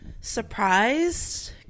surprised